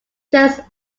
just